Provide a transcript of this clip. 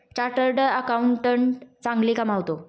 chartered accountant चांगले कमावतो